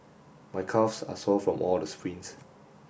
my calves are sore from all the sprints